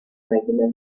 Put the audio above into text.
regular